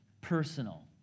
personal